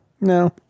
No